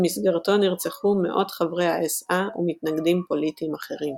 במסגרתו נרצחו מאות חברי האס־אה ומתנגדים פוליטיים אחרים.